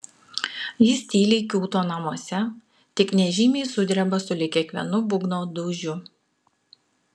jis tyliai kiūto namuose tik nežymiai sudreba sulig kiekvienu būgno dūžiu